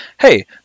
hey